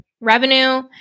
revenue